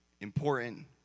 important